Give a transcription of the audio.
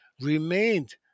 remained